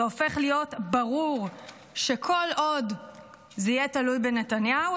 זה הופך להיות ברור שכל עוד זה יהיה תלוי בנתניהו,